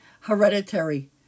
hereditary